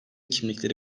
kimlikleri